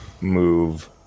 move